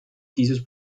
dieses